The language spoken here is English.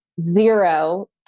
zero